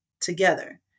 together